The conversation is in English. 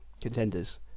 contenders